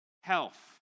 health